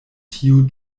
tiu